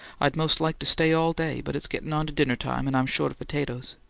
i'd most liked to stay all day, but it's getting on to dinner time, and i'm short of potatoes.